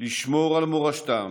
לשמור על מורשתם